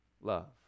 love